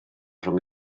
rhwng